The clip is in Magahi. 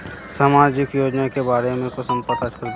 सामाजिक योजना के बारे में कुंसम पता करबे?